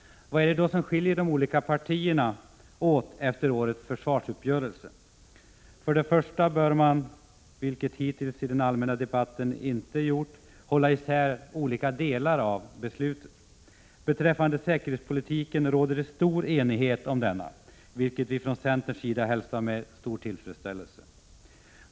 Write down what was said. Vad är det då som skiljer de olika partierna åt efter årets försvarsuppgörelse? Först och främst bör man, vilket hittills i den allmänna debatten inte gjorts, hålla isär olika delar av beslutet. Beträffande säkerhetspolitiken råder stor enighet, vilket vi från centern hälsar med stor tillfredsställelse.